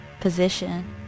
position